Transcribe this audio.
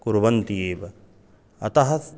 कुर्वन्ति एव अतः